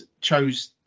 chose